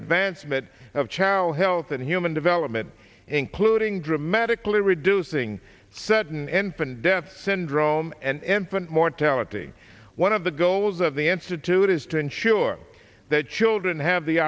advancement of child health and human development including dramatically reducing setten enfin death syndrome and infant mortality one of the goals of the institute is to ensure that children have the